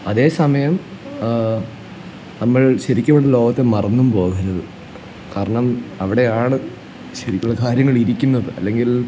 അതേ സമയം നമ്മൾ ശരിക്കും ഇവിടെ ലോകത്തെ മറന്നും പോകരുത് കാരണം അവിടെയാണ് ശരിക്കുള്ള കാര്യങ്ങളിരിക്കുന്നത് അല്ലെങ്കിൽ